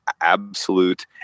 absolute